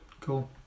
Cool